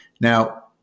Now